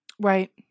right